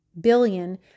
billion